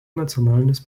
nacionalinis